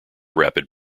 rapid